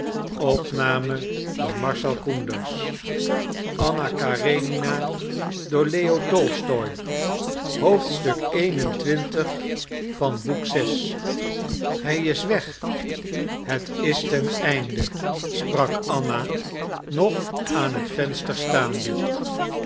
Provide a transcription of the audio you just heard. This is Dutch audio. hij is weg het is ten einde sprak anna nog aan het venster staande